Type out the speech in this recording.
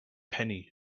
penny